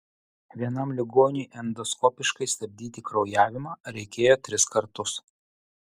vienam ligoniui endoskopiškai stabdyti kraujavimą reikėjo tris kartus